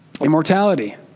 immortality